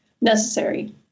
necessary